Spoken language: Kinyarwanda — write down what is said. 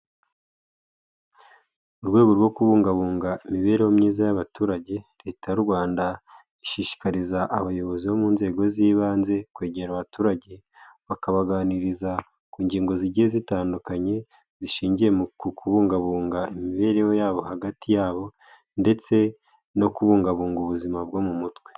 Mu rwego rwo kubungabunga imibereho myiza y'abaturage, Leta y'u Rwanda ishishikariza abayobozi bo mu nzego z'ibanze kwegera abaturage, bakabaganiriza ku ngingo zigiye zitandukanye zishingiye ku kubungabunga imibereho yabo hagati yabo ndetse no kubungabunga ubuzima bwo mu mutwe.